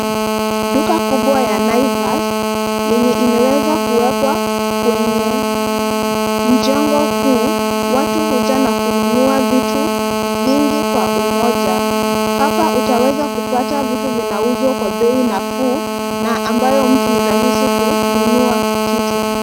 Duka kubwa ya Naivas yenye imeweza kuwekwa kwenye mjengo huu. Watu huja na kununua vitu vingi kwa umoja. Hapa utaweza kupata vitu vinauzwa kwa bei nafuu na ambayo mtu ni rahisi kununua kitu.